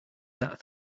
that